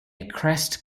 crest